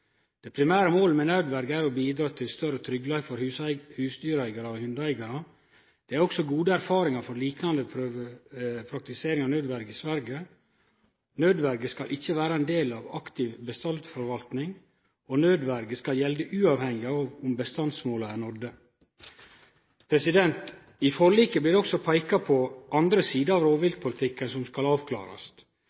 å bidra til større tryggleik for husdyreigarar og hundeeigarar. Det er også gode erfaringar frå ei liknande praktisering av nødverje i Sverige. Nødverje skal ikkje vere ein del av den aktive bestandsforvaltninga, og nødverje skal gjelde uavhengig av om bestandsmåla er nådde. I forliket blir det òg peika på andre sider av rovviltpolitikken som skal avklarast.